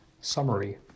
Summary